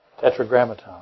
tetragrammaton